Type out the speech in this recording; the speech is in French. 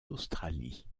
australie